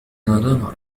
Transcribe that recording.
نعرفه